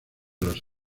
los